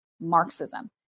Marxism